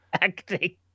Acting